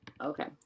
Okay